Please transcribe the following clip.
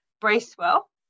Bracewell